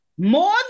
More